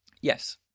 yes